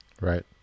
Right